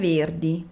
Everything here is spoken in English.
Verdi